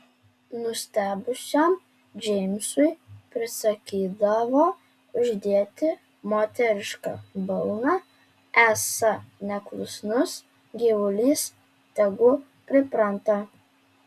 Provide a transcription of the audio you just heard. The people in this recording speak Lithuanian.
nustebusiam džeimsui prisakydavo uždėti moterišką balną esą neklusnus gyvulys tegu pripranta